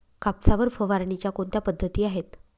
कापसावर फवारणीच्या कोणत्या पद्धती आहेत?